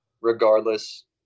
regardless